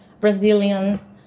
Brazilians